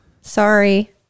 Sorry